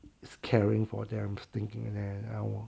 is caring for them is thinking of them I was